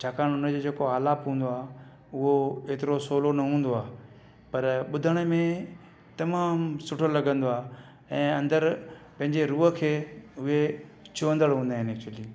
छाकाणि हुन जो जेको आलाप हूंदो आहे उहो एतिरो सवलो न हूंदो आहे पर ॿुधण में तमामु सुठो लॻंदो आहे ऐं अंदरि पंहिंजे रूह खे उहे छूहंदड़ हूंदा आहिनि एक्चुअली